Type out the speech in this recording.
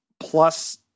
Plus